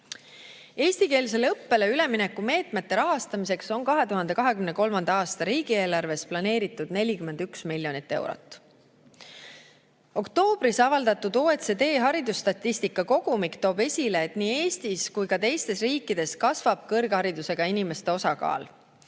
hääletas. Eestikeelsele õppele ülemineku meetmete rahastamiseks on 2023. aasta riigieelarves planeeritud 41 miljonit eurot. Oktoobris avaldatud OECD haridusstatistika kogumik toob esile, et nii Eestis kui ka teistes riikides kasvab kõrgharidusega inimeste osakaal.